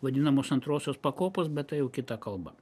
vadinamos antrosios pakopos bet tai jau kita kalba